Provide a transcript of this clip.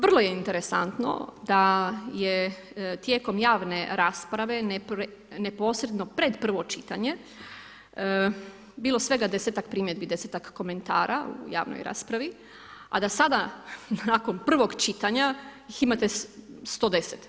Vrlo je interesantno, da je tijekom javne rasprave, neposredno, pred prvo čitanje, bilo svega 10-tak primjedbi, 10-tak komentara u javnoj raspravi, a da sada, nakon prvog čitanja, ih imate 110.